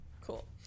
Cool